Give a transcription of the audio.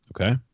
Okay